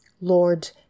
Lord